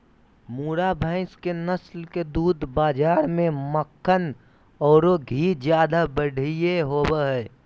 मुर्रा भैस के नस्ल के दूध बाज़ार में मक्खन औरो घी ज्यादा बढ़िया होबो हइ